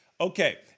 Okay